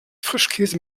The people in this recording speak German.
frischkäse